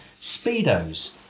speedos